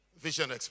Vision